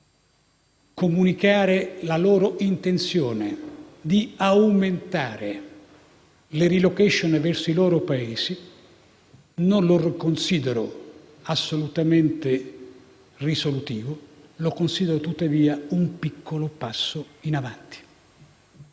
comunicare la loro intenzione di aumentare le *relocation* verso i propri Paesi non lo considero assolutamente risolutivo, ma è un piccolo passo in avanti.